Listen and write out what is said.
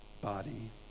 body